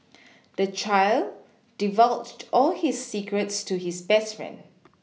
the child divulged all his secrets to his best friend